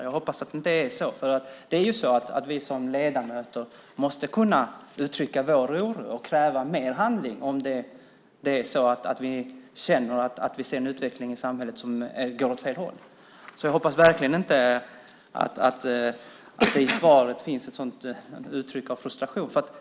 Jag hoppas att det inte är så, för som ledamöter måste vi kunna uttrycka vår oro och kräva mer handling om vi känner att utvecklingen i samhället går åt fel håll. Jag hoppas verkligen att det i svaret inte finns ett sådant uttryck för frustration.